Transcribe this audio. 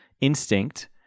instinct